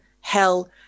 hell